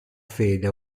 fede